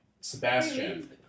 Sebastian